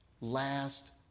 last